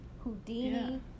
Houdini